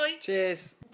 Cheers